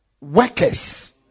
workers